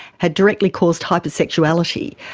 had directly caused hypersexuality,